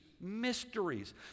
mysteries